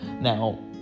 Now